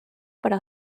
para